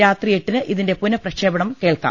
രാത്രി എട്ടിന് ഇതിന്റെ പുനഃപ്രക്ഷേപണം കേൾക്കാം